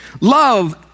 Love